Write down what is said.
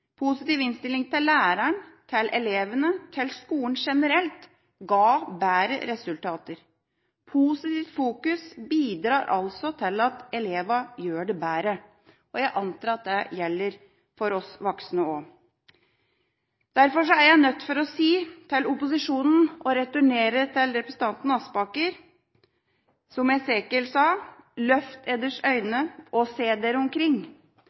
positiv innstilling til læreren, til elevene og til skolen generelt ga bedre resultater. Positivt fokus bidrar altså til at elevene gjør det bedre. Jeg antar at det gjelder for oss voksne også. Derfor er jeg nødt til å si til opposisjonen og returnere til representanten Aspaker, som Esekiel sa: «Løft eders øyne mot det høye og se.»